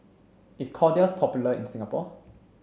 is Kordel's popular in Singapore